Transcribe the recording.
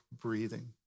breathing